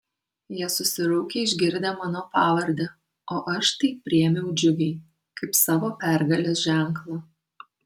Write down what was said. jie susiraukė išgirdę mano pavardę o aš tai priėmiau džiugiai kaip savo pergalės ženklą